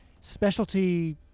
specialty